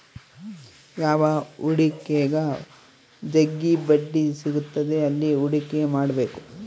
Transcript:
ಯಾವ ಹೂಡಿಕೆಗ ಜಗ್ಗಿ ಬಡ್ಡಿ ಸಿಗುತ್ತದೆ ಅಲ್ಲಿ ಹೂಡಿಕೆ ಮಾಡ್ಬೇಕು